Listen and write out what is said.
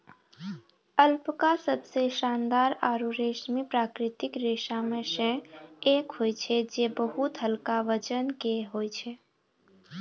alpaca सबसें शानदार आरु रेशमी प्राकृतिक रेशा म सें एक होय छै जे बहुत हल्का वजन के होय छै